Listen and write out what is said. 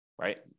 right